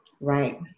Right